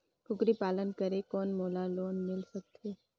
कूकरी पालन करे कौन मोला लोन मिल सकथे?